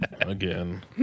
again